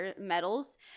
medals